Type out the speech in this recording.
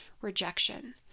rejection